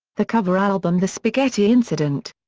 the cover album the spaghetti incident?